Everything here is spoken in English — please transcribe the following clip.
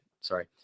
Sorry